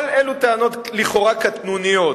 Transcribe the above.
אבל אלה טענות לכאורה קטנוניות.